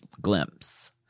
glimpse